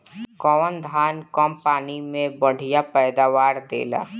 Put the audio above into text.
कौन धान कम पानी में बढ़या पैदावार देला?